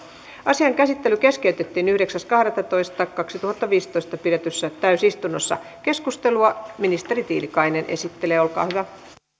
asian käsittely keskeytettiin yhdeksäs kahdettatoista kaksituhattaviisitoista pidetyssä täysistunnossa ministeri tiilikainen esittelee olkaa hyvä